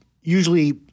usually